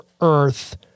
Earth